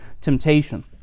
temptation